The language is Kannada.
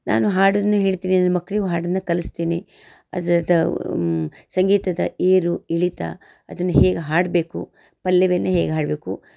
ನಾನು ಹಾಡನ್ನು ಹೇಳ್ತೀನಿ ನನ್ನ ಮಕ್ಳಿಗೂ ಹಾಡನ್ನ ಕಲಿಸ್ತೀನಿ ಅದ್ರ ಸಂಗೀತದ ಏರು ಇಳಿತ ಅದನ್ನ ಹೇಗೆ ಹಾಡಬೇಕು ಪಲ್ಲವಿಯನ್ನು ಹೇಗೆ ಹಾಡಬೇಕು